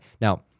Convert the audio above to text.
Now